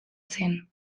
zen